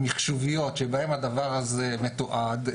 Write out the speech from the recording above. המחשוביות שבהם הדבר הזה מתועד,